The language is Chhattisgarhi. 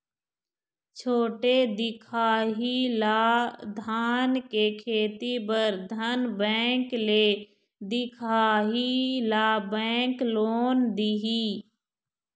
छोटे दिखाही ला धान के खेती बर धन बैंक ले दिखाही ला बैंक लोन दिही?